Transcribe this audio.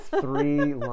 three